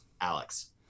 Alex